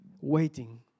waiting